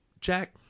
Jack